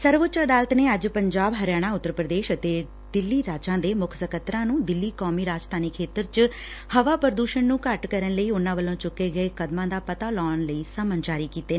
ਸਰਵਉੱਚ ਅਦਾਲਤ ਨੇ ਅੱਜ ਪੰਜਾਬ ਹਰਿਆਣਾ ਉੱਤਰ ਪ੍ਰਦੇਸ਼ ਅਤੇ ਦਿੱਲੀ ਰਾਜਾਂ ਦੇ ਮੁੱਖ ਸਕੱਤਰਾਂ ਨੂੰ ਦਿੱਲੀ ਕੌਮੀ ਰਾਜਧਾਨੀ ਖੇਤਰ ਚ ਹਵਾ ਪ੍ਰਦੁਸ਼ਣ ਨੂੰ ਘੱਟ ਕਰਨ ਲਈ ਉਨਾ ਵੱਲੋ ਚੂੱਕੇ ਗਏ ਕਦਮਾ ਦਾ ਪਤਾ ਲਾਉਣ ਲਈ ਸੰਮਨ ਜਾਰੀ ਕੀਤੈ